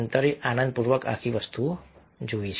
અંતરે આનંદપૂર્વક આખી વસ્તુ જોવી